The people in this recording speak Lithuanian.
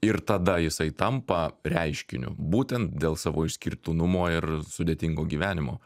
ir tada jisai tampa reiškiniu būtent dėl savo išskirtinumo ir sudėtingo gyvenimo